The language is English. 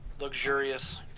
Luxurious